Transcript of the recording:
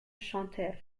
chanter